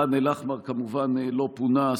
ח'אן אל-אחמר כמובן לא פונה,